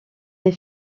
les